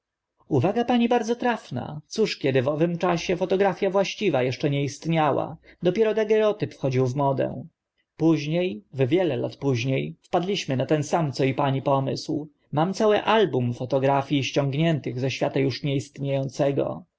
uwaga pani bardzo trafna cóż kiedy w owym czasie fotografia właściwa eszcze nie istniała dopiero dagerotyp wchodził w modę późnie w lat wiele późnie wpadliśmy na ten sam co i pani pomysł mam całe album fotografii zd ętych ze świata uż nie istnie